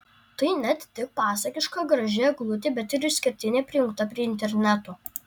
tai net tik pasakiška graži eglutė bet ir išskirtinė prijungta prie interneto